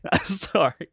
Sorry